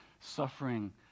suffering